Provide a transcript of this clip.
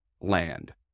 land